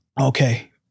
Okay